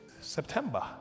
September